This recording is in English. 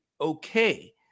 okay